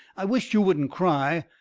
i wisht you wouldn't cry.